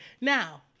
Now